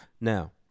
Now